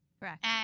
Correct